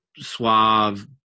suave